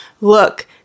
look